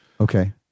okay